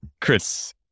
Chris